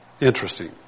Interesting